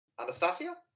Anastasia